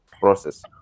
process